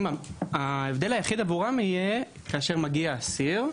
ההבדל היחיד עבורם יהיה כאשר מגיע אסיר,